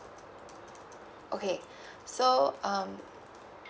okay so um